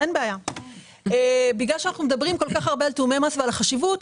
בגלל שאנחנו מדברים כל כך הרבה על תיאומי ועל החשיבות,